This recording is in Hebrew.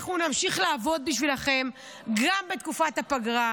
אנחנו נמשיך לעבוד בשבילכם גם בתקופת הפגרה.